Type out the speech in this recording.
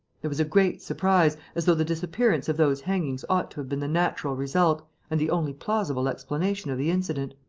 there was a great surprise, as though the disappearance of those hangings ought to have been the natural result and the only plausible explanation of the incident.